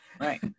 right